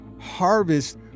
Harvest